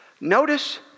Notice